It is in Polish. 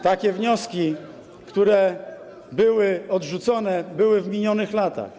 Takie wnioski, które były odrzucone, były w minionych latach.